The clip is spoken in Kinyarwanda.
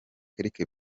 quelque